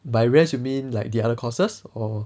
by rest you mean like the other courses or